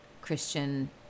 Christian